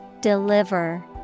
Deliver